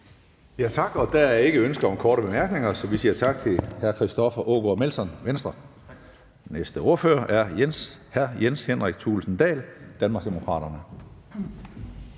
Tak. Der er ikke ønske om korte bemærkninger, så vi siger tak til hr. Christoffer Aagaard Melson, Venstre. Næste ordfører er hr. Jens Henrik Thulesen Dahl, Danmarksdemokraterne.